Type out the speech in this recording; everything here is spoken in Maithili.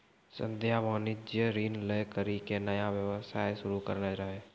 संध्या वाणिज्यिक ऋण लै करि के नया व्यवसाय शुरू करने रहै